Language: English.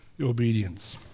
obedience